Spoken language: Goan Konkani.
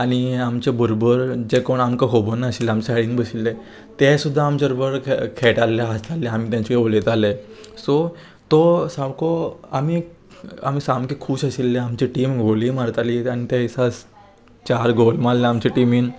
आनी आमचे बरोबर जे कोण आमकां खोबोर नाशिल्ले आमच्या सायडीन बशिल्ले ते सुद्दां आमचे बरोबर खेळटाले हांसताले आमी तेंचे वांगडा उलयताले सो तो सामको आमी आमी सामके खूश आशिल्ले आमची टिम गोलूय मारताली आनी ते दिसा चार गोल मारले आमच्या टिमीन